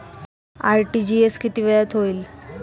RTGS किती वेळात होईल?